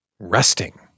Resting